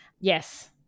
yes